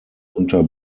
unter